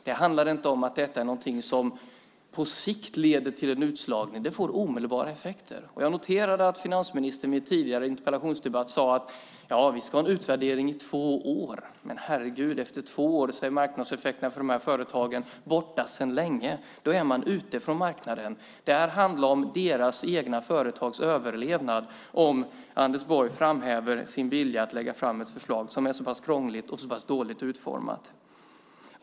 Detta är inte någonting som leder till utslagning på sikt. Det får omedelbara effekter. Jag noterade att finansministern i en tidigare interpellationsdebatt sade: Vi ska ha en utvärdering i två år. Men herregud! Efter två år är marknadseffekterna för dessa företag borta sedan länge. Då är man ute från marknaden. Det handlar om dessa företags överlevnad, om Anders Borg framhärdar i sin vilja att lägga fram ett förslag som är så krångligt och så dåligt utformat.